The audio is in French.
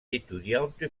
étudiante